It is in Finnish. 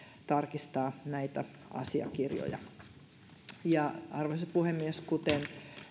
tarkistaa näitä asiakirjoja arvoisa puhemies kuten